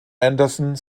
anderson